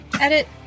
edit